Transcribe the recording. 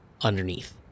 underneath